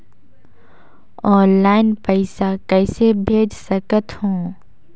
Online पइसा कइसे भेज सकत हो?